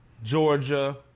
Georgia